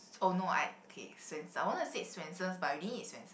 oh no I okay Swensen I wanted to say Swensen's but we didn't eat Swensen's